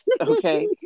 okay